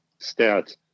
stats